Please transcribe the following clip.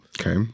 Okay